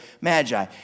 Magi